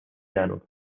jäänud